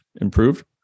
improved